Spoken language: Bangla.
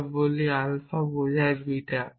আমরা বলি আলফা বোঝায় বিটা